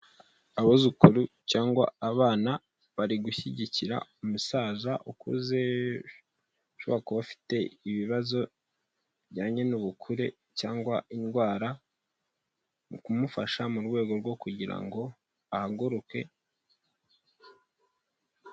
Abuzukuru cyangwa abana bari gushyigikira umusaza ukuze ushobora kuba afite ibibazo bijyanye n'ubukure cyangwa indwara mu kumufasha mu rwego rwo kugira ngo ahaguruke.